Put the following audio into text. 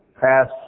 pass